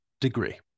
degree